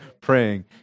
praying